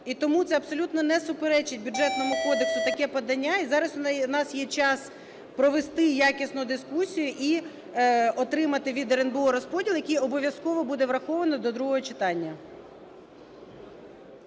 І тому це абсолютно не суперечить Бюджетному кодексу таке подання, і зараз у нас є час провести якісно дискусію, і отримати від РНБО розподіл, який обов'язково буде враховано до другого читання.